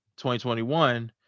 2021